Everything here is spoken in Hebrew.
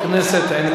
חברת הכנסת עינת וילף.